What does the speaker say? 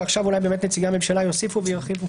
ואולי נציגי הממשלה יוסיפו וירחיבו.